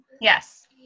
Yes